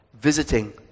visiting